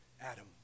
Adam